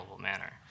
manner